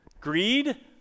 Greed